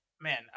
man